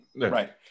right